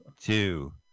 two